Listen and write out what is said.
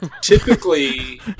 Typically